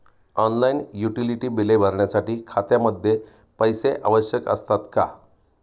Online utility बिले भरण्यासाठी खात्यामध्ये पैसे आवश्यक असतात का?